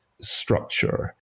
structure